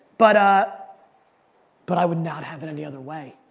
but ah but i would not have it any other way.